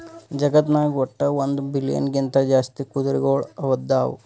ಜಗತ್ನಾಗ್ ವಟ್ಟ್ ಒಂದ್ ಬಿಲಿಯನ್ ಗಿಂತಾ ಜಾಸ್ತಿ ಕುರಿಗೊಳ್ ಅದಾವ್